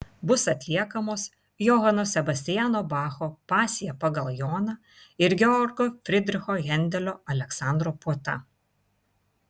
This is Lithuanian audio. bus atliekamos johano sebastiano bacho pasija pagal joną ir georgo fridricho hendelio aleksandro puota